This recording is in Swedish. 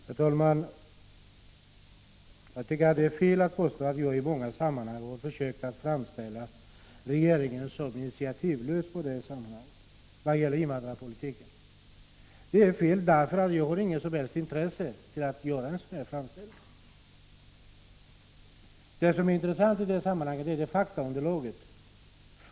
Herr talman! Jag tycker det är fel att påstå att jag i många sammanhang har försökt framställa regeringen som initiativlös på invandrarpolitikens område. Jag har inget som helst intresse av att göra det. Det som är intressant i sammanhanget är faktaunderlaget.